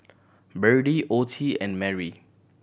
Berdie Ottie and Merry